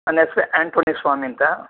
ನನ್ನ ಹೆಸ್ರು ಆ್ಯಂಟೋನಿ ಸ್ವಾಮಿ ಅಂತ